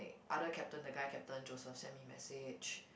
other captain the guy captain Joseph sent me message